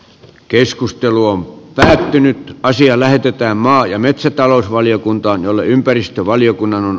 keskustelu on pysähtynyt asia lähetetään maa ja metsätalousvaliokuntaan jolle ympäristövaliokunnan on